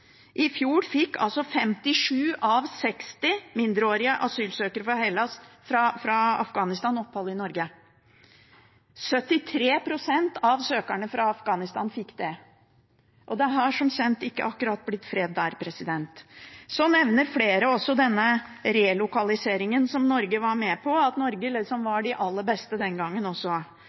I fjor fikk 57 av 60 mindreårige asylsøkere fra Afghanistan opphold i Norge. 73 pst. av søkerne fra Afghanistan fikk det. Det har som kjent ikke akkurat blitt fred der. Flere nevner også denne relokaliseringen som Norge var med på, og at Norge liksom var de aller beste den gangen også.